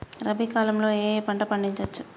రబీ కాలంలో ఏ ఏ పంట పండించచ్చు?